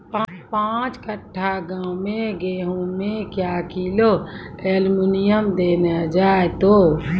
पाँच कट्ठा गांव मे गेहूँ मे क्या किलो एल्मुनियम देले जाय तो?